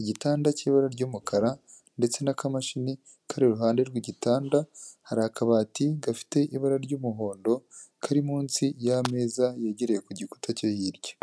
igitanda cy'ibara ry'umukara ndetse n'akamashini kari iruhande rw'igitanda, hari akabati gafite ibara ry'umuhondo kari munsi ya meza yegereye ku gikuta cyo hirya.